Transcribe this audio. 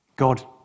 God